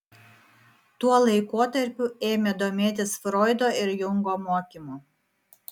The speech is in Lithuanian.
tuo laikotarpiu ėmė domėtis froido ir jungo mokymu